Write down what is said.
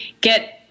get